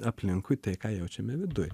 aplinkui tai ką jaučiame viduj